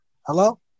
Hello